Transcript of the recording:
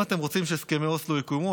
אם אתם רוצים שהסכמי אוסלו יקוימו,